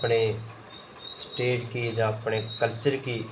अपने स्टेट गी जां अपने कल्चर गी